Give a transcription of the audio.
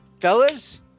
Fellas